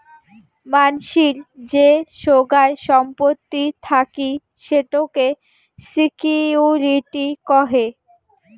মানসির যে সোগায় সম্পত্তি থাকি সেটোকে সিকিউরিটি কহে